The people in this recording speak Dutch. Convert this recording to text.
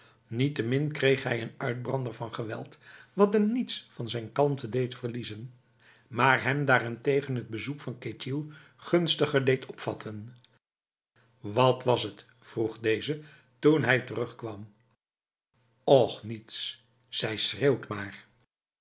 niettemin kreeg hij een uitbrander van geweld wat hem niets van zijn kalmte deed verliezen maar hem daarentegen het bezoek van ketjil gunstiger deed opvatten wat was het vroeg deze toen hij terugkwam och niets zij schreeuwt maarf